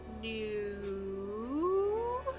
new